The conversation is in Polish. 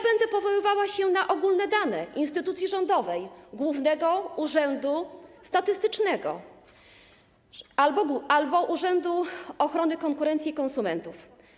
Będę powoływała się na ogólne dane instytucji rządowej, Głównego Urzędu Statystycznego albo Urzędu Ochrony Konkurencji i Konsumentów.